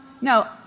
no